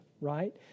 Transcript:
right